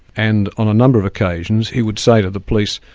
and on a number of occasions he would say to the police,